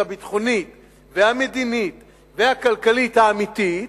הביטחונית והמדינית הכלכלית האמיתית.